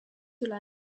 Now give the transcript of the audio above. üle